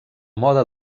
mode